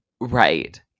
right